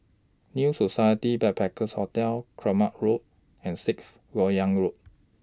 New Society Backpackers' Hotel Kramat Road and Sixth Lok Yang Road